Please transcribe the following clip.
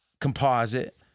composite